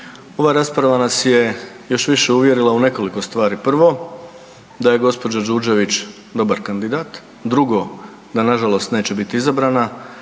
Ova rasprava nas je još više uvjerila u nekoliko stvari. Prvo da je gospođa Đurđević dobar kandidat. Drugo da na žalost neće biti izabrana.